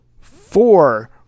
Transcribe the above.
four